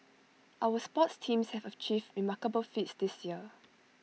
our sports teams have achieved remarkable feats this year